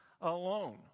alone